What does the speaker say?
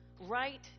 right